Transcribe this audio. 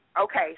Okay